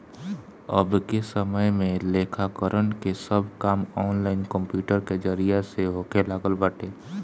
अबके समय में लेखाकरण के सब काम ऑनलाइन कंप्यूटर के जरिया से होखे लागल बाटे